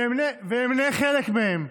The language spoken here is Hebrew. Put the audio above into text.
ואמנה חלק מהם: